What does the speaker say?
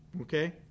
okay